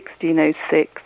1606